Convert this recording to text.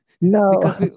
No